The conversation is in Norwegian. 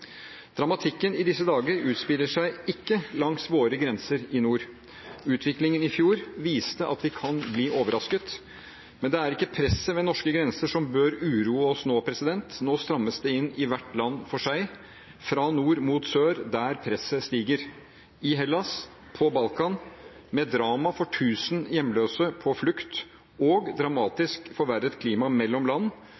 Dramatikken i disse dager utspiller seg ikke langs våre grenser i nord. Utviklingen i fjor viste at vi kan bli overrasket, men det er ikke presset ved norske grenser som bør uroe oss nå. Nå strammes det inn i hvert land, fra nord mot sør der presset stiger – i Hellas, på Balkan – med drama for tusen hjemløse på flukt, og